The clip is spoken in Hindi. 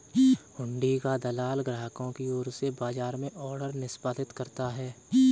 हुंडी का दलाल ग्राहकों की ओर से बाजार में ऑर्डर निष्पादित करता है